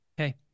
Okay